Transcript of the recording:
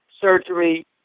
surgery